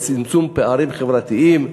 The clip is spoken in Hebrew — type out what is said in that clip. או לצמצום פערים חברתיים,